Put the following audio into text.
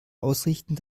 ausrichten